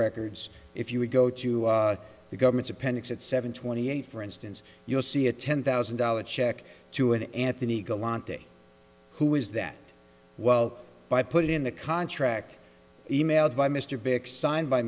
records if you would go to the government's appendix at seven twenty eight for instance you'll see a ten thousand dollars check to an anthony galante who is that well by put in the contract e mailed by mr beck signed by